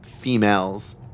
females